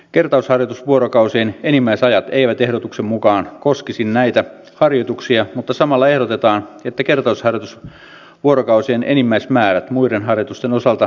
kertausharjoitusvuorokausien enimmäisajat eivät ehdotuksen mukaan koskisi näitä harjoituksia mutta samalla ehdotetaan että kertausharjoitusvuorokausien enimmäismäärät muiden harjoitusten osalta kaksinkertaistettaisiin